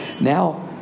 Now